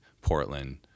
Portland